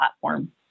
platform